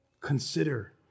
Consider